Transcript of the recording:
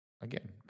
Again